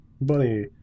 bunny